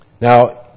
Now